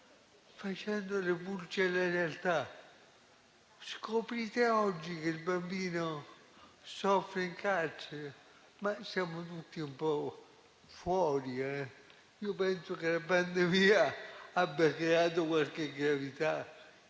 facendo le pulci alla realtà. Scoprite oggi che il bambino soffre in carcere? Ma siamo tutti un po' fuori. Io penso che la pandemia abbia creato qualche gravità